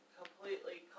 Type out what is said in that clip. completely